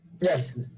Yes